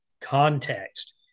Context